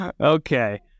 Okay